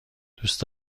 دوست